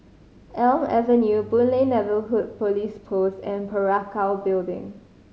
Elm Avenue Boon Lay Neighbourhood Police Post and Parakou Building